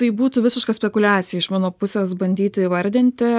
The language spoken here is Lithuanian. tai būtų visiška spekuliacija iš mano pusės bandyti įvardinti